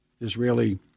Israeli